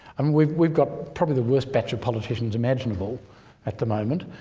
um we've we've got probably the worst batch of politicians imaginable at the moment.